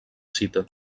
cita